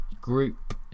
Group